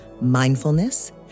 mindfulness